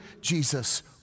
Jesus